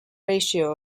ratio